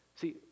see